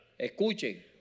Escuchen